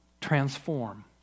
transform